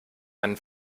einen